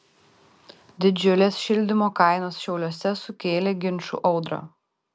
didžiulės šildymo kainos šiauliuose sukėlė ginčų audrą